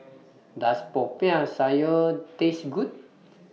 Does Popiah Sayur Taste Good